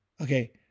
Okay